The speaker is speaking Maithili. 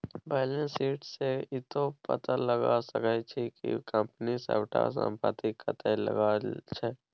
बैलेंस शीट सँ इहो पता लगा सकै छी कि कंपनी सबटा संपत्ति कतय लागल छै